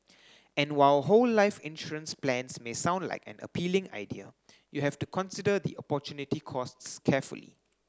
and while whole life insurance plans may sound like an appealing idea you have to consider the opportunity costs carefully